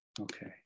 Okay